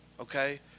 Okay